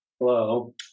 Hello